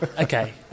Okay